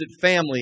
family